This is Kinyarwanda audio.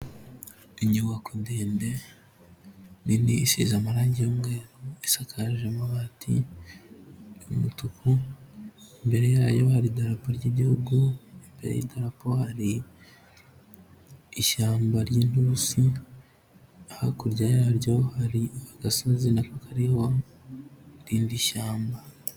Inyubako ndende nini isize amarange y'umweru isakaje amabati y'umutuku, imbere yayo hari idrapo ry'igihugu, imbere y'idarapo hari ishyamba ry'inturusi, hakurya yaryo hari agasozi nako kariho irindi shyamba.